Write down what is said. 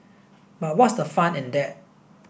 but what's the fun in that